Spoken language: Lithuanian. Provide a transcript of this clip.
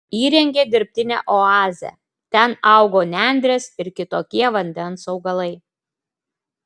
įrengė dirbtinę oazę ten augo nendrės ir kitokie vandens augalai